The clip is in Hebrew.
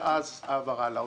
ואז העברה לאוצר.